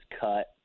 cut